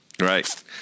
Right